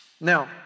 Now